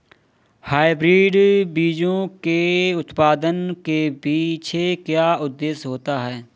Hybrid बीजों के उत्पादन के पीछे क्या उद्देश्य होता है?